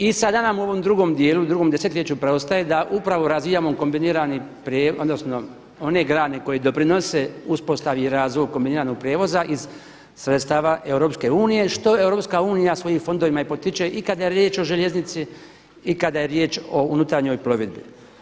I sada nam u ovom drugom dijelu, drugom desetljeću preostaje da upravo razvijamo kombinirani, odnosno one grane koje doprinose uspostavi i razvoju kombiniranog prijevoza iz sredstava EU što EU svojim fondovima i potiče i kada je riječ o željeznici i kada je riječ o unutarnjoj plovidbi.